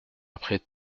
après